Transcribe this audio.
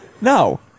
No